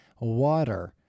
water